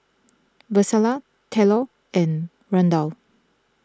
Vlasta Tylor and Randal